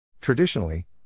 Traditionally